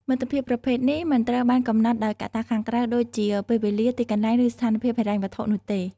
មិត្តភាពប្រភេទនេះមិនត្រូវបានកំណត់ដោយកត្តាខាងក្រៅដូចជាពេលវេលា ទីកន្លែង ឬស្ថានភាពហិរញ្ញវត្ថុនោះទេ។